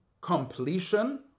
completion